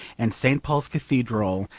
and st. paul's cathedral,